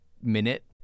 minute